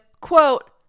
quote